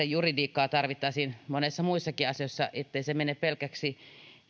juridiikkaa tarvittaisiin monissa muissakin asioissa ettei mene pelkäksi